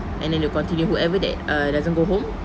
and then they'll continue whoever that uh doesn't go home